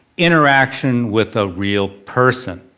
interaction with a real person.